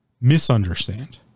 misunderstand